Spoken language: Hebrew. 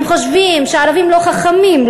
הם חושבים שהערבים לא חכמים,